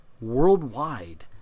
worldwide